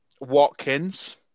Watkins